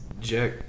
Jack